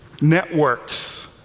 Networks